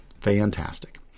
Fantastic